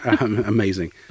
Amazing